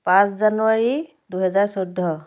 পাঁচ জানুৱাৰী দুহেজাৰ চৈধ্য